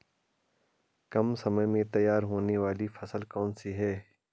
कम समय में तैयार होने वाली फसल कौन सी है?